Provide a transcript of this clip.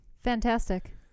Fantastic